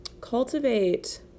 cultivate